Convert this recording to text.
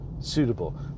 suitable